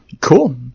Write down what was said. Cool